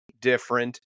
different